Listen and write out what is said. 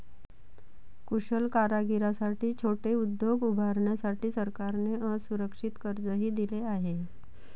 कुशल कारागिरांसाठी छोटे उद्योग उभारण्यासाठी सरकारने असुरक्षित कर्जही दिले आहे